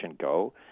go